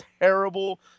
terrible